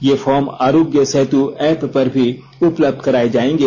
ये form Aarogya Setu app पर भी उपलब्ध कराए जाएंगे